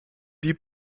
die